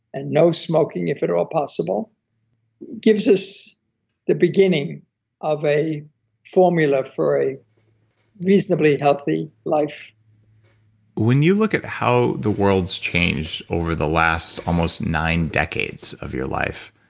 and no smoking if it all possible gives us the beginning of a formula for a reasonably healthy life when you look at how the world has changed over the last, almost nine decades of your life,